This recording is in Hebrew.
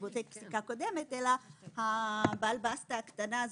שבודקים פסקה קודמת אלא בעל הבסטה הקטנה בשוק.